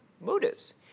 motives